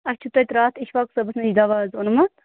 اَسہِ چھُ تتہِ راتھ اِشفاق صٲبس نِش دوا اوٚنمُت